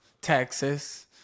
Texas